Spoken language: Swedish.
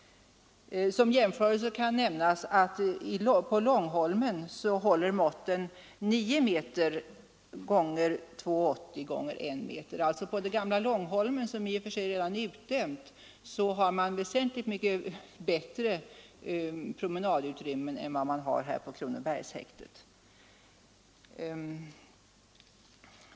På Långholmen — jag kan nämna det som en jämförelse — håller måtten 9 x 2,80 x I m. På det gamla Långholmen, som redan är utdömt, har man alltså väsentligt bättre promenadutrymmen än man får på Kronobergshäktet.